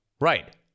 Right